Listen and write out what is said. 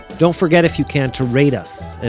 don't forget, if you can, to rate us, and